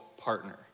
partner